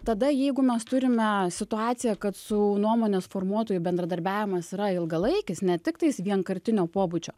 tada jeigu mes turime situaciją kad su nuomonės formuotoju bendradarbiavimas yra ilgalaikis ne tiktai vienkartinio pobūdžio